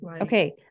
okay